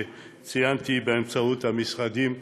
שציינתי כרגע באמצעות המשרדים השונים,